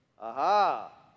Aha